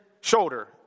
shoulder